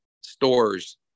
stores